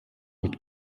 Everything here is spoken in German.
mit